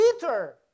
Peter